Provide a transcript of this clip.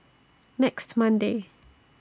next Monday